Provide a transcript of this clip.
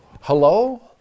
hello